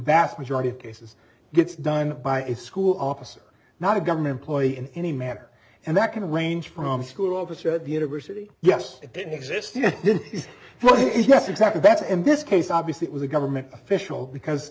vast majority of cases gets done by a school officer not a government employee in any manner and that can range from school office or the university yes it didn't exist yet yes exactly that in this case obviously it was a government official because